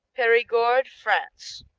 perigord, france